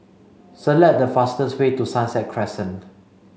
select the fastest way to Sunset Crescent